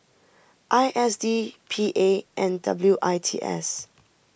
I S D P A and W I T S